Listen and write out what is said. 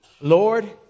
Lord